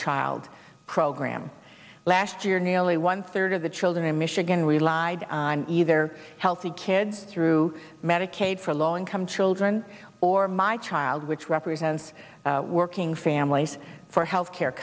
child program last year nearly one third of the children in michigan relied on either healthy kids through medicaid for low income children or my child which represents working families for health care